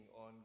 on